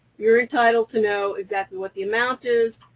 you're entitled to know exactly what the amount is,